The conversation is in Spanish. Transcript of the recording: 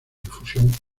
difusión